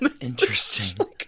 Interesting